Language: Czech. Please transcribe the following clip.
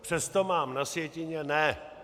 Přesto mám na sjetině ne.